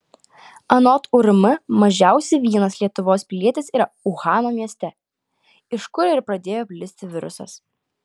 anot urm mažiausiai vienas lietuvos pilietis yra uhano mieste iš kur ir pradėjo plisti virusas